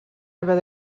haver